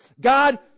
God